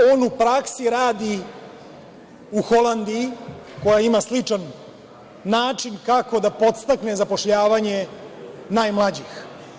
On u praksi radi u Holandiji, koja ima sličan način kako da podstakne zapošljavanje najmlađih.